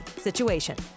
situation